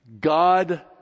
God